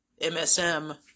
MSM